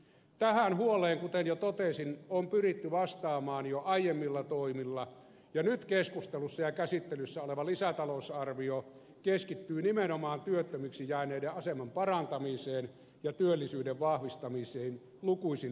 tähän huoleen kuten jo totesin on pyritty vastaamaan jo aiemmilla toimilla ja nyt keskustelussa ja käsittelyssä oleva lisätalousarvio keskittyy nimenomaan työttömiksi jääneiden aseman parantamiseen ja työllisyyden vahvistamiseen lukuisin täsmätoimin